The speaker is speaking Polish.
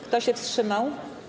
Kto się wstrzymał?